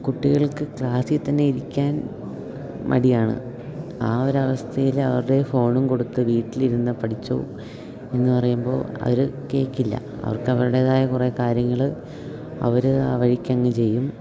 കുട്ടികൾക്ക് ക്ലാസ്സിൽ തന്നെ ഇരിക്കാൻ മടിയാണ് ആ ഒരവസ്ഥയിൽ അവരുടെ കയ്യിൽ ഫോണും കൊടുത്ത് വീട്ടിലിരുന്ന് പഠിച്ചോ എന്നു പറയുമ്പോൾ അവർ കേൾക്കില്ല അവർക്ക് അവരുടേതായ കുറേ കാര്യങ്ങൾ അവർ ആ വഴിക്കങ്ങ് ചെയ്യും